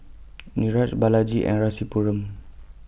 Niraj Balaji and Rasipuram